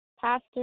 Pastor